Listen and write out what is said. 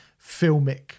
filmic